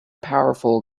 powerful